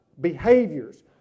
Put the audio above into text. behaviors